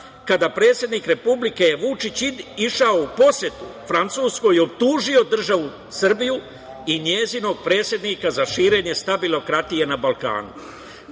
kada je predsednik Republike išao u posetu Francuskoj, optužio državu Srbiju i njenog predsednika za širenje stabilokratije na Balkanu.